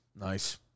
nice